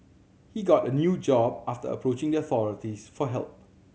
he got a new job after approaching the authorities for help